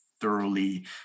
thoroughly